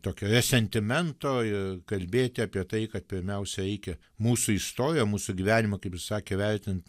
tokio resentimento ir kalbėti apie tai kad pirmiausia reikia mūsų istoriją mūsų gyvenimą kaip jis sakė vertint